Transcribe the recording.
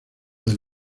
del